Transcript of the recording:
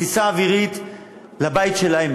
ומשם בטיסה אווירית לבית שלהם.